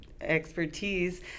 expertise